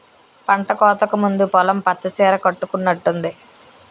పంటకోతకు ముందు పొలం పచ్చ సీర కట్టుకునట్టుంది